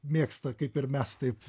mėgsta kaip ir mes taip